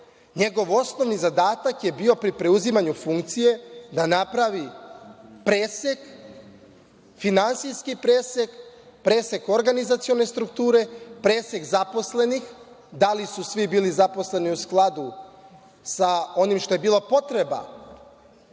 njegov osnovni zadatak je bio pri preuzimanju funkcije da napravi presek, finansijski presek, presek organizacione strukture, presek zaposlenih, da li su svi bili zaposleni u skladu sa onim što je bila potreba